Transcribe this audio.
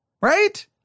right